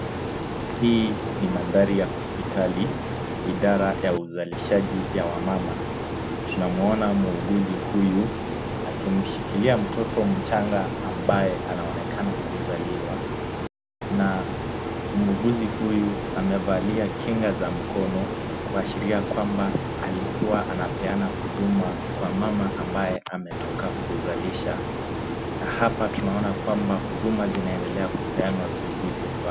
Hii ni mandhari ya hosipitali ya idaya ya uzalishaji ya wamama. Tunamuona muuguzi huyu akimshikilia mtoto mchanga ambaye anaonekana kuzaliwa. Na muuguzi huyu amevalia kinga za mkono kuashiria kwamba alikua anapeana huduma kwa mama ambaye ametoka kuzalisha. Hapa tunaona kwamba huduma zinaendelea kupeana vilivyofaa.